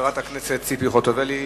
חברת הכנסת ציפי חוטובלי,